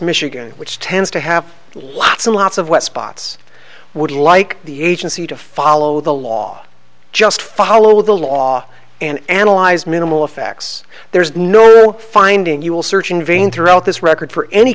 michigan which tends to have lots and lots of what spots would like the agency to follow the law just follow the law and analyze minimal effects there's no finding you will search in vain throughout this record for any